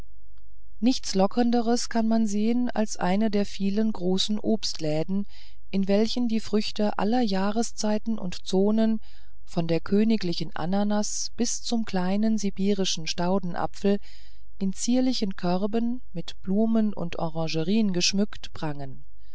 nichts lockenderes kann man sehen als einen der vielen großen obstläden in welchen die früchte aller jahreszeiten und zonen von der königlichen ananas bis zum kleinen sibirischen staudenapfel in zierlichen körben mit blumen und orangerien geschmückt prangen